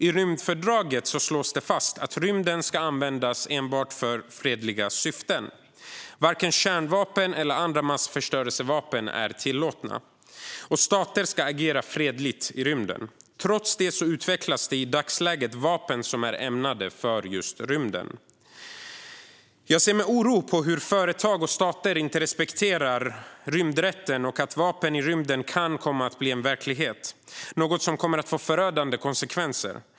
I rymdfördraget slås fast att rymden ska användas enbart för fredliga syften. Varken kärnvapen eller andra massförstörelsevapen är tillåtna, och stater ska agera fredligt i rymden. Trots detta utvecklas i dagsläget vapen som är ämnade just för rymden. Jag ser med oro på hur företag och stater inte respekterar rymdrätten och att vapen i rymden kan komma att bli verklighet, något som kommer att få förödande konsekvenser.